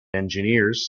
engineers